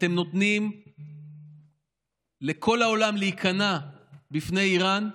אתם נותנים לכל העולם להיכנע בפני איראן,